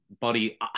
buddy